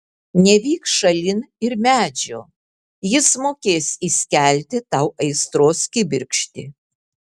nevyk šalin ir medžio jis mokės įskelti tau aistros kibirkštį